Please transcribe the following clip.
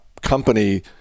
company